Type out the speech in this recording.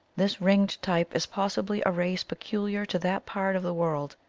this ringed type is pos sibly a race peculiar to that part of the world,